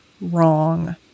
wrong